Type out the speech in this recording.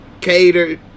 catered